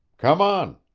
come on.